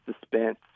suspense